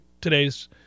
today's